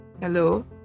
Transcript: hello